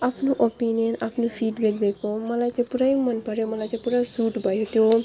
आफ्नो ओपिनियन आफ्नो फिडब्याक दिएको मलाई चाहिँ पुरै मन पऱ्यो मलाई चाहिँ पुरा सुट भयो त्यो